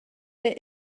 der